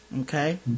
Okay